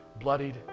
bloodied